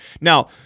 Now